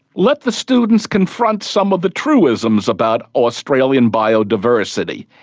let the students confront some of the truisms about australian biodiversity.